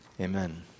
amen